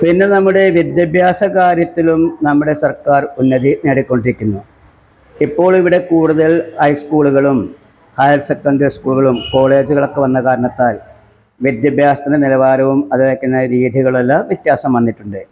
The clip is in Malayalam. പിന്നെ നമ്മുടെ വിദ്യാഭ്യാസ കാര്യത്തിലും നമ്മുടെ സര്ക്കാര് ഉന്നതി നേടിക്കൊണ്ടിരിക്കുന്നു ഇപ്പോള് ഇവിടെ കൂടുതല് ഹൈസ്കൂളുകളും ഹയര്സെക്കന്ഡറി സ്കൂളുകളും കോളേജുകളൊക്കെ വന്നതിൻ്റെ കാരണത്താല് വിദ്യാഭ്യാസത്തിന്റെ നിലവാരവും അതിനെ ഒക്കെ രീതികളെല്ലാം വ്യത്യാസം വന്നിട്ടുണ്ട്